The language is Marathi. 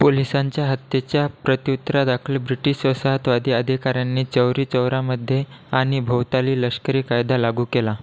पोलिसांच्या हत्येच्या प्रत्युत्तरादाखल ब्रिटीश वसाहतवादी अधिकाऱ्यांनी चौरीचौरामध्ये आणि भोवताली लष्करी कायदा लागू केला